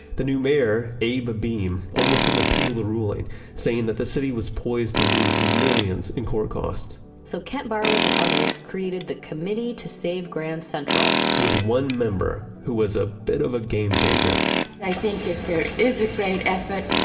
the new mayor, abe beame almost appealed the ruling saying that the city was poised to lose millions in court costs so kent barwick and others created the committee to save grand central with one member who was a bit of a game changer i think if there is a great effort,